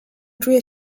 czuje